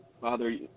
Father